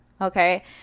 Okay